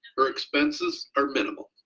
her expenses are minimal,